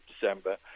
December